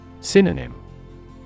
Synonym